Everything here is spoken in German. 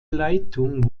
leitung